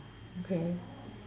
okay